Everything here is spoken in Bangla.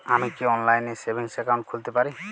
আমি কি অনলাইন এ সেভিংস অ্যাকাউন্ট খুলতে পারি?